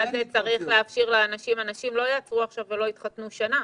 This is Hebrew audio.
ולכוון --- אנשים לא יעצרו עכשיו ולא יתחתנו שנה.